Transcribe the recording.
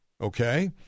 Okay